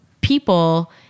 people